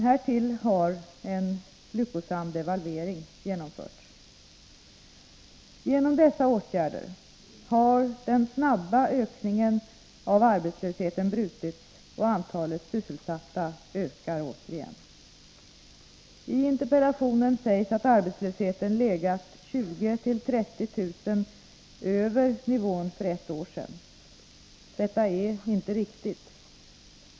Härtill har en lyckosam devalvering genomförts. Genom dessa åtgärder har den snabba ökningen av arbetslösheten brutits, och antalet sysselsatta ökar återigen. I interpellationen sägs att arbetslösheten legat 20 000-30 000 över nivån för ett år sedan. Detta är inte riktigt.